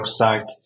website